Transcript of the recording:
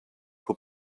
who